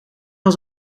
was